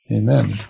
amen